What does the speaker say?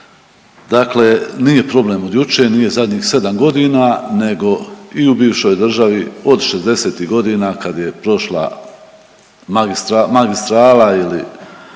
Dakle, nije problem od jučer, nije zadnjih 7 godina nego i u bivšoj državi od '60.-tih godina kad je prošla magistrala ili